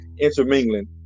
intermingling